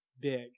big